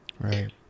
Right